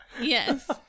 Yes